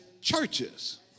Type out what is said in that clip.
churches